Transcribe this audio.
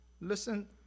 Listen